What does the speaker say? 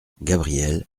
gabrielle